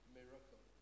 miracle